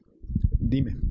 Dime